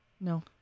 No